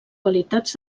qualitats